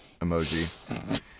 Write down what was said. emoji